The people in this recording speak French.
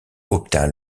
obtint